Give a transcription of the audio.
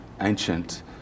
ancient